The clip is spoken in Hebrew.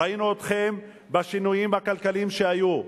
ראינו אתכם בשינויים הכלכליים שהיו,